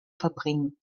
verbringen